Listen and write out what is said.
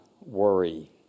worry